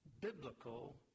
biblical